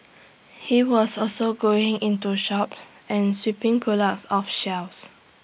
he was also going into shops and sweeping products off shelves